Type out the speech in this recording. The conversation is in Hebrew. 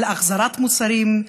על החזרת מוצרים,